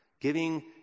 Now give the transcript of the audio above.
Giving